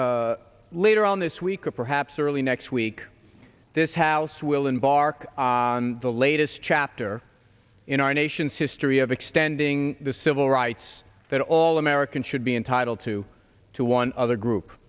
later on this week or perhaps early next week this house will embark on the latest chapter in our nation's history of extending the civil rights that all americans should be entitled to to one other group